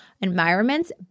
environments